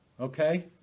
okay